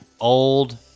old